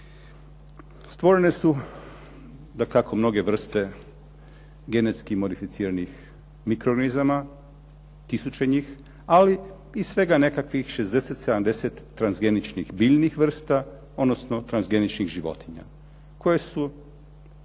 Stvorene su dakako mnoge vrste genetski modificiranih mikroorganizama, tisuće njih, ali i svega nekakvih 60, 70 transgeničnih biljnih vrsta, odnosno transgeničnih životinja koje su